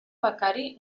becari